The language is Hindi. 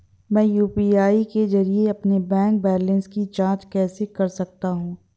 मैं यू.पी.आई के जरिए अपने बैंक बैलेंस की जाँच कैसे कर सकता हूँ?